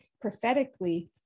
prophetically